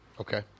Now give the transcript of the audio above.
Okay